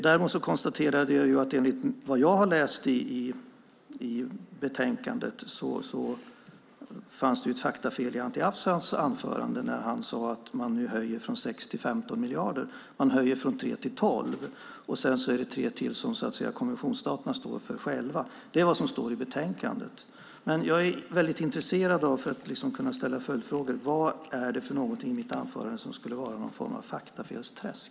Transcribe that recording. Däremot konstaterade jag att enligt vad jag har läst i betänkandet fanns det ett faktafel i Anti Avsans anförande när han sade att man höjer från 6 till 15 miljarder. Man höjer från 3 till 12, och sedan ska konventionsstaterna själva stå för 3 till. Det är vad som står i betänkandet. För att kunna ställa följdfrågor är jag väldigt intresserad av vad det är för någonting i mitt anförande som skulle vara någon form av faktafelsträsk.